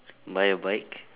buy a bike